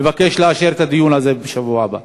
אני מבקש לאשר את הדיון הזה בשבוע הבא.